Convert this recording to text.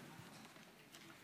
אדוני.